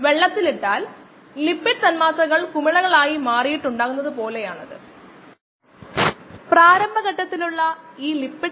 അതായത് decimal reduction ടൈംനു നമുക്ക് ഒരു എക്സ്പ്രഷൻ കിട്ടുന്നു നമുക്ക് ഇഷ്ടമുള്ള ഒരു വെരിയബിലിന്റെ ഉപയോഗിച്ച്